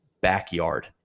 backyard